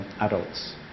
adults